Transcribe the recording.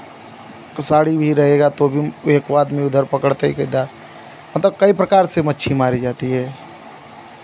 साड़ी भी रहेगा तो भी एक आदमी उधर पकड़ते हैं कदा मतलब कई प्रकार से मच्छी मारी जाती है